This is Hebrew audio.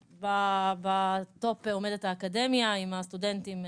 בטופ עומדת האקדמיה עם הסטודנטים,